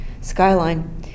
skyline